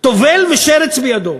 טובל ושרץ בידו.